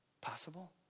possible